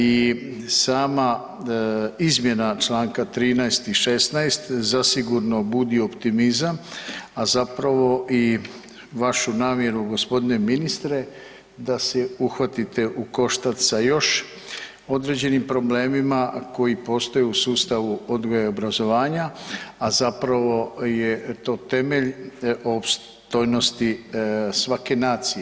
I sama izmjena članka 13. i 16. zasigurno budi optimizam, a zapravo i vašu namjeru gospodine ministre, da se uhvatite u koštac sa još određenim problemima koji postoje u sustavu odgoja i obrazovanja, a zapravo je to temelj opstojnosti svake nacije.